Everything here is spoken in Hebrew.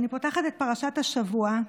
אני פותחת את פרשת השבוע,